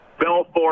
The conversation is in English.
Belfort